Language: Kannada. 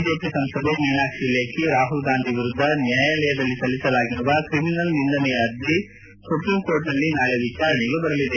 ಬಿಜೆಪಿಯ ಸಂಸದೆ ಮೀನಾಕ್ಷಿ ಲೇಖಿ ರಾಹುಲ್ ಗಾಂಧಿ ವಿರುದ್ದ ನ್ಯಾಯಾಲಯದಲ್ಲಿ ಸಲ್ಲಿಸಲಾಗಿರುವ ಕ್ರಿಮಿನಲ್ ನಿಂದನೆಯ ಅರ್ಜಿ ಸುಪ್ರೀಂಕೋರ್ಟ್ನಲ್ಲಿ ನಾಳೆ ವಿಚಾರಣೆಗೆ ಬರಲಿದೆ